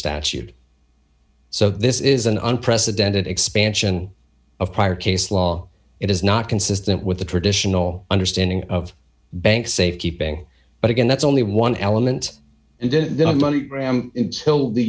statute so this is an unprecedented expansion of prior case law it is not consistent with the traditional understanding of bank safekeeping but again that's only one element and then money gram till the